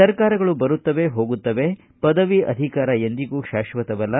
ಸರ್ಕಾರಗಳು ಬರುತ್ತವೆ ಹೋಗುತ್ತವೆ ಪದವಿ ಅಧಿಕಾರ ಎಂದಿಗೂ ಶಾಶ್ವತವಲ್ಲ